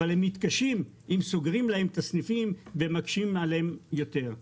רק הם מתקשים אם סוגרים להם סניפים ומקשים עליהם יותר.